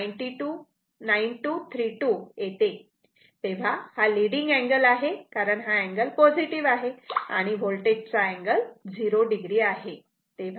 9232 येते तेव्हा हा लीडिंग अँगल आहे कारण हा अँगल पॉझिटिव्ह आहे आणि होल्टेज चा अँगल 0 आहे